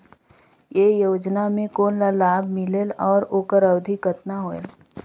ये योजना मे कोन ला लाभ मिलेल और ओकर अवधी कतना होएल